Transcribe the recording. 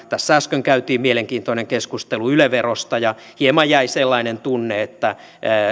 tässä äsken käytiin mielenkiintoinen keskustelu yle verosta ja hieman jäi sellainen tunne että